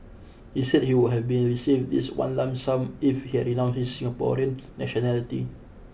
he said he would have been received this in one lump sum if he had renounced his Singaporean nationality